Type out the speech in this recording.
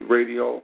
Radio